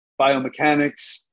biomechanics